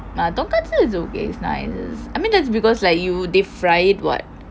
tonkatsu is meat right I mean that's because like you deep fry it [what]